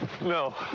No